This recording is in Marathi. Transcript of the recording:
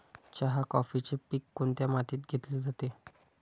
चहा, कॉफीचे पीक कोणत्या मातीत घेतले जाते?